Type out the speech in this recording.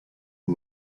who